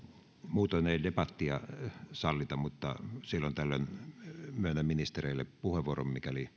muutoin ei debattia sallita mutta silloin tällöin myönnän ministereille puheenvuoron